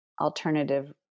alternative